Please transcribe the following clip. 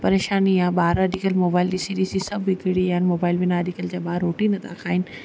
परेशानी आहे ॿार अॼुकल्ह मोबाइल ॾिसी ॾिसी सभु बिगिड़ी विया आहिनि मोबाइल बिना अॼुकल्ह जा ॿार रोटी नथा खाइनि